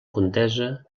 contesa